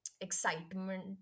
excitement